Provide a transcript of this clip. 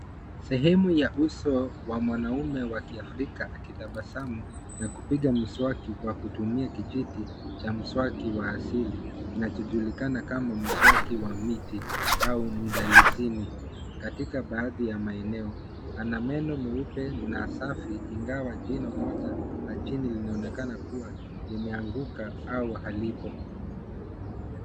Sehemu ya uso wa mwanamme wa kiafrika akitabasamu na kupiga mswaki kwa kutumia kijiti cha mswaki wa asili, kinachojulikana kama mswaki wa miti au mdalisini, katika baadhi ya maeneo. Ana meno meupe na safi, ingawa jino moja la chini linaonekana kua limeanguka au halipo.